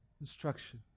instruction